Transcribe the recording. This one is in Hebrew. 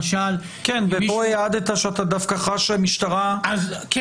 ופה העדת שאתה דווקא חש שהמשטרה --- רק